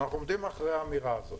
ואנחנו עומדים מאחרי האמירה הזאת.